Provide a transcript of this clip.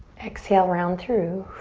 exhale, round through.